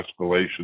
escalation